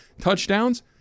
touchdowns